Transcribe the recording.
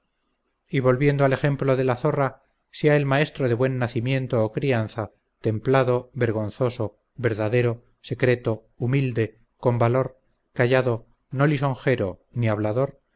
y volviendo al ejemplo de la zorra sea el maestro de buen nacimiento o crianza templado vergonzoso verdadero secreto humilde con valor callado no lisonjero ni hablador